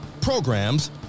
programs